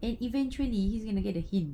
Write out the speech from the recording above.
and eventually he's gonna get the hint